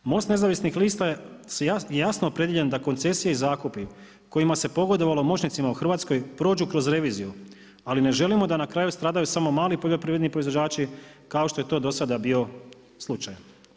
MOST Nezavisnih lista je jasno opredijeljen da koncesije i zakupi kojima se pogodovalo moćnicima u Hrvatskoj prođu kroz reviziju ali ne želimo da na kraju stradaju samo mali poljoprivredni proizvođači kao što je to do sada bio slučaj.